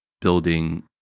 building